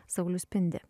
saulius spindi